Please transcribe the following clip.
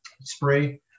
spray